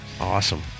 Awesome